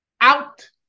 out